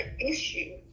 issue